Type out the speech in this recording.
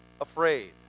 afraid